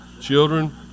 children